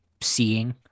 seeing